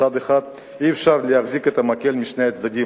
אי-אפשר להחזיק את המקל בשני הצדדים: